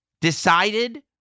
decided